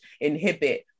inhibit